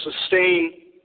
sustain